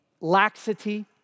laxity